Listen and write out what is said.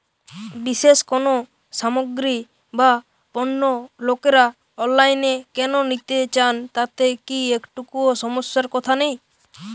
বিশেষ কোনো সামগ্রী বা পণ্য লোকেরা অনলাইনে কেন নিতে চান তাতে কি একটুও সমস্যার কথা নেই?